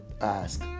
ask